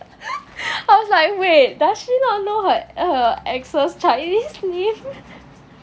I was like wait does she not know her her ex's chinese name